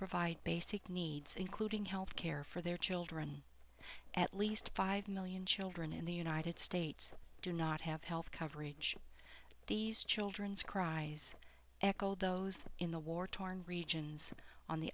provide basic needs including health care for their children at least five million children in the united states do not have health coverage these children's cries echo those in the war torn region on the